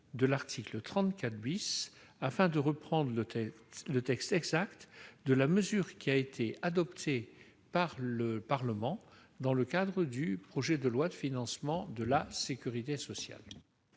de l'article 34 afin de reprendre les termes exacts de la mesure adoptée par le Parlement dans le cadre du projet de loi de financement de la sécurité sociale.